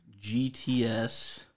GTS